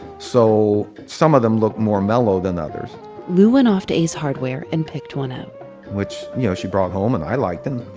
so some of them look more mellow than others lu went off to ace hardware and picked one out which yeah she brought home, and i liked him.